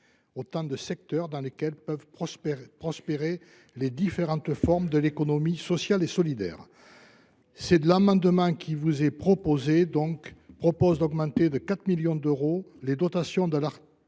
autant de secteurs dans lesquels peuvent prospérer les différentes formes de l’économie sociale et solidaire. Cet amendement vise donc à augmenter de 4 millions d’euros les dotations de l’action